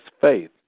faith